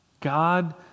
God